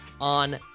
on